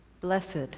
blessed